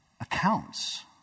accounts